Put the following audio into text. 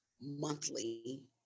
monthly